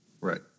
Right